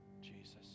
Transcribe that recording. Jesus